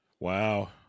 Wow